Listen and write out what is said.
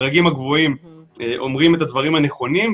הדרגים הגבוהים אומרים את הדברים הנכונים,